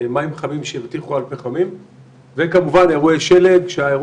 מטפלים בכל נושא הסוגיות שהיו